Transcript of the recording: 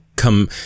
come